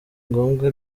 ngombwa